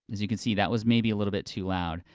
as you can see that was maybe a little bit too loud.